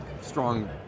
strong